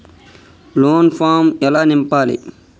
Loan form ఎలా నింపాలి?